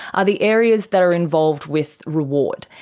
are the areas that are involved with reward.